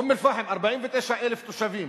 אום-אל-פחם, 49,000 תושבים,